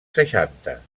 seixanta